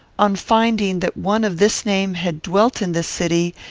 on finding that one of this name had dwelt in this city,